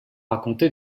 raconter